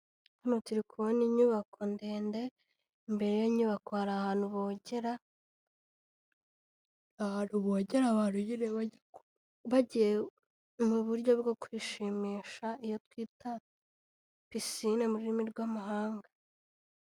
Hano turi kubona inyubako ndende, imbere y'inyubako hari ahantu bogera, ahantu bogera abantu nyine bagiye mu buryo bwo kwishimisha, iyo twita pisine mu rurimi rw'amahanga.